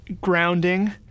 grounding